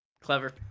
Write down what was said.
Clever